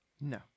No